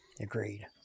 Agreed